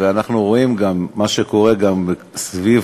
ואנחנו רואים מה שקורה גם סביב